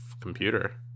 computer